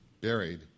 buried